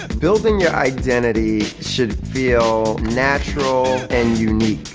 building your identity should feel natural and unique.